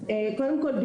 קודם כל,